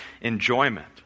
enjoyment